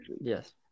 Yes